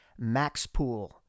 MAXPOOL